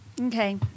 Okay